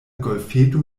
golfeto